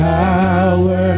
power